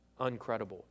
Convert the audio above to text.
uncredible